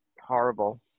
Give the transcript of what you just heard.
horrible